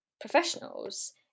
professionals